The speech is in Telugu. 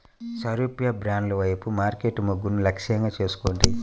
సారూప్య బ్రాండ్ల వైపు మార్కెట్ మొగ్గును లక్ష్యంగా చేసుకోండి